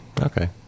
Okay